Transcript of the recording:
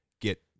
get